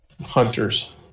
hunters